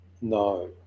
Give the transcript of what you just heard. No